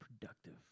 productive